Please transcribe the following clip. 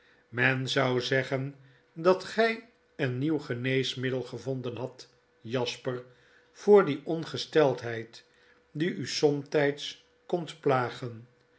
men zou zeggen dat gy een nieuw geneesmiddel gevonden hadt jasper voor die ongesteldheid die u somtijds komt plagen